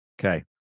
Okay